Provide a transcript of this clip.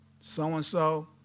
so-and-so